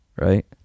right